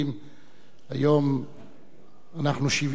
היום אנחנו 6 מיליון.